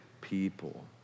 people